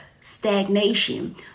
stagnation